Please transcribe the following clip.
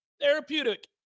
therapeutic